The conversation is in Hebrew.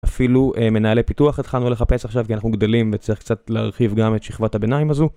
אפילו מנהלי פיתוח התחלנו לחפש עכשיו כי אנחנו גדלים וצריך קצת להרחיב גם את שכבת הביניים הזו